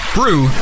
Brew